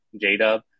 J-Dub